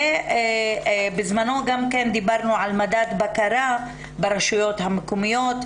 בזמנו דיברנו גם על מדד בקרה ברשויות המקומיות.